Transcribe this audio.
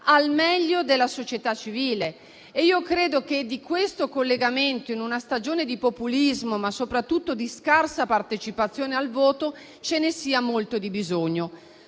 al meglio della società civile. Di questo collegamento, in una stagione di populismo, ma soprattutto di scarsa partecipazione al voto, credo vi sia molto bisogno.